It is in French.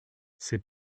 c’est